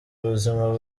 ubuzima